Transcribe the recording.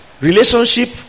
Relationship